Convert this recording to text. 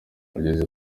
ageze